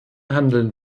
handeln